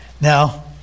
Now